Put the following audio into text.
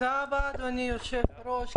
אדוני היושב-ראש, תודה רבה.